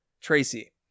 tracy